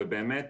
ובאמת